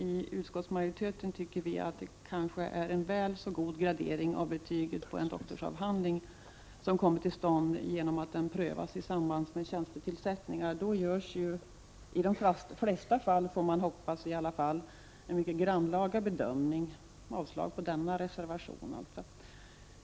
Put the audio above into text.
I utskottsmajoriteten tycker vi att det kanske är en väl så god gradering av betyget på en doktorsavhandling som kommer till stånd genom att den prövas i samband med tjänstetillsättningar. Då görs ju i de flesta fall, får man hoppas i alla fall, en mycket grannlaga bedömning. Jag yrkar avslag också på denna reservation.